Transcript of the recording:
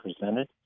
presented